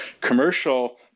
Commercial